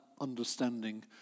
understanding